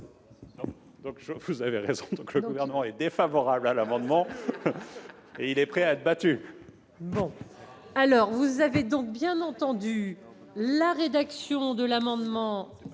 le sénateur : le Gouvernement est défavorable à l'amendement, et il est prêt à être battu.